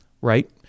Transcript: right